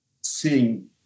seeing